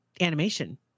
animation